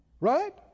Right